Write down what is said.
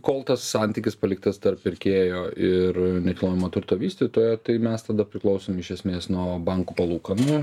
kol tas santykis paliktas tarp pirkėjo ir nekilnojamo turto vystytojo tai mes tada priklausom iš esmės nuo bankų palūkanų